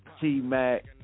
T-Mac